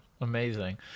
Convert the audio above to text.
Amazing